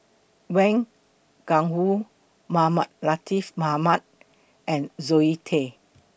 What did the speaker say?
Wang Gungwu Mohamed Latiff Mohamed and Zoe Tay